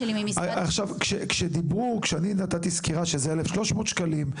כשאני נתתי סקירה שזה 1,300 שקלים,